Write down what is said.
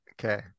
Okay